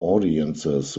audiences